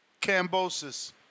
Cambosis